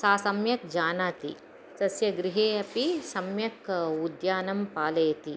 सा सम्यक् जानाति तस्य गृहे अपि सम्यक् उद्यानं पालयति